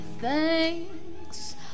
thanks